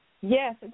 Yes